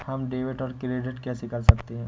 हम डेबिटऔर क्रेडिट कैसे कर सकते हैं?